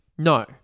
No